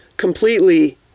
completely